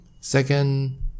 Second